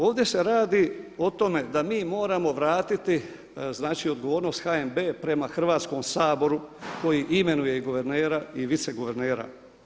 Ovdje se radi o tome da mi moramo vratiti znači odgovornost HNB prema Hrvatskom saboru koji imenuje i guvernera i viceguvernera.